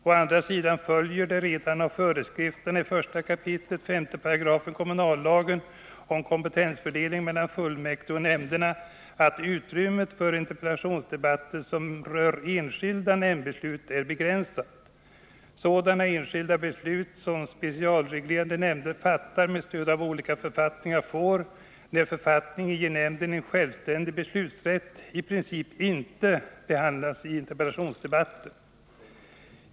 Å andra sidan följer det redan av föreskrifterna i 1 kap. 5 § kommunallagen om kompetensfördelningen mellan fullmäktige och nämnderna att utrymmet för interpellationsdebatter som rör enskilda nämndbeslut är begränsat. Sådana enskilda beslut som specialreglerade nämnder fattar med stöd av olika författningar får, när författningen ger nämnden en självständig beslutanderätt, i princip inte behandlas i interpellationsdebatter.